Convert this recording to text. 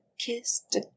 kissed